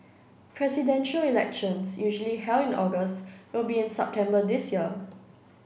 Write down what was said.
Presidential Elections usually held in August will be in September this year